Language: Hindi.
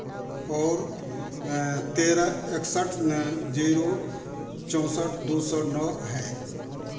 और तेरह इकसठ जीरो चौसठ दो सौ नौ है